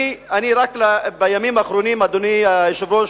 אדוני היושב-ראש,